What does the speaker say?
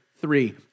three